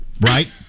Right